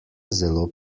zelo